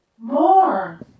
More